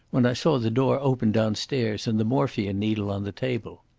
when i saw the door open downstairs, and the morphia-needle on the table.